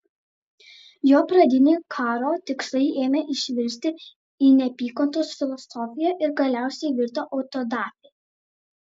jo pradiniai karo tikslai ėmė išvirsti į neapykantos filosofiją ir galiausiai virto autodafė